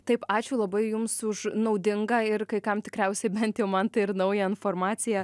taip ačiū labai jums už naudingą ir kai kam tikriausiai bent jau man tai ir naują informaciją